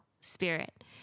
spirit